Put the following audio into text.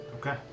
Okay